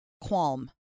qualm